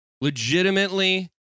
legitimately